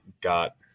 got